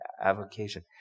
avocation